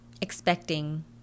expecting